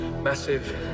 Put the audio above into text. Massive